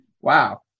Wow